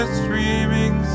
streaming